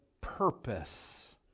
purpose